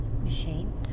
machine